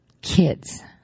kids